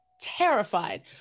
terrified